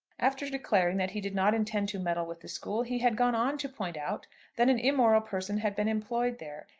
after declaring that he did not intend to meddle with the school, he had gone on to point out that an immoral person had been employed there,